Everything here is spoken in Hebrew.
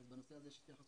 גם בנושא הזה יש התייחסות.